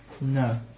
no